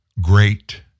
great